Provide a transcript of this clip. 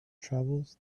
travels